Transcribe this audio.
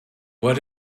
what